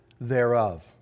thereof